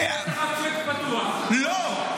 יש לך צ'ק פתוח --- לא.